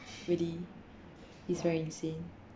really it's very insane